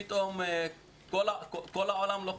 פתאום כל העולם לוחץ,